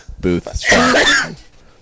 Booth